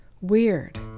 weird